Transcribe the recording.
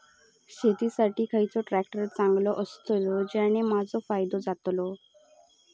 शेती साठी खयचो ट्रॅक्टर चांगलो अस्तलो ज्याने माजो फायदो जातलो?